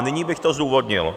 A nyní bych to zdůvodnil.